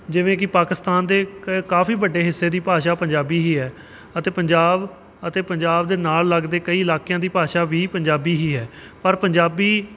ਜਿਵੇਂ ਕਿ ਪਾਕਿਸਤਾਨ ਦੇ ਕ ਕਾਫ਼ੀ ਵੱਡੇ ਹਿੱਸੇ ਦੀ ਭਾਸ਼ਾ ਪੰਜਾਬੀ ਹੀ ਹੈ ਅਤੇ ਪੰਜਾਬ ਅਤੇ ਪੰਜਾਬ ਦੇ ਨਾਲ ਲੱਗਦੇ ਕਈ ਇਲਾਕਿਆਂ ਦੀ ਭਾਸ਼ਾ ਵੀ ਪੰਜਾਬੀ ਹੀ ਹੈ ਪਰ ਪੰਜਾਬੀ